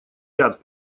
ряд